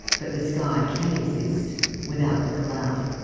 but the sky can exist without the cloud.